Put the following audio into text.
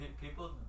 people